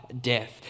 death